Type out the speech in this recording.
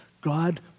God